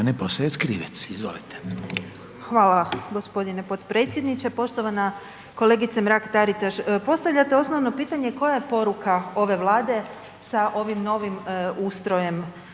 Hvala uvaženi potpredsjedniče. Poštovana kolegice Mrak-Taritaš. Postavljate osnovno pitanje koja je poruka ove Vlade sa ovim novim ustrojem